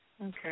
Okay